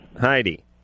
Heidi